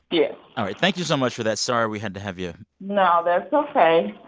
yes all right. thank you so much for that. sorry we had to have you. no. that's ok.